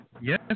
Yes